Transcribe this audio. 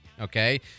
okay